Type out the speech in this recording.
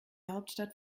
hauptstadt